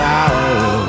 out